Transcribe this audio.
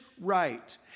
right